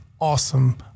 awesome